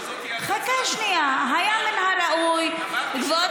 היה מן הראוי, כבוד